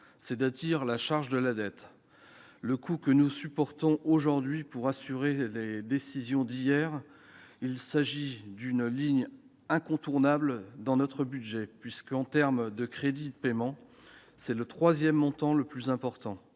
c'est-à-dire la charge de la dette, le coût que nous supportons aujourd'hui pour assumer les décisions d'hier. Il s'agit d'une ligne incontournable de notre budget : le montant de ses crédits de paiement est le troisième plus important